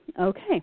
Okay